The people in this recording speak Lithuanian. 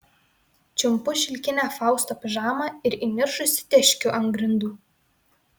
čiumpu šilkinę fausto pižamą ir įniršusi teškiu ant grindų